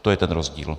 To je ten rozdíl.